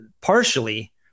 partially